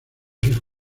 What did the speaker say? sus